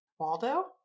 Waldo